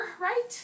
right